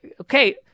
Okay